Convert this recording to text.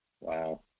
wow